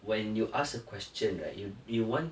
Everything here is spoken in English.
when you ask a question right you you want